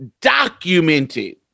documented